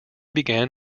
began